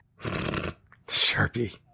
Sharpie